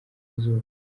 izuba